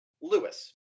Lewis